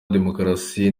demokarasi